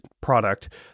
product